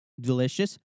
delicious